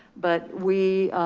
but we